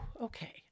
okay